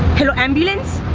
hello, ambulance?